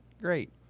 great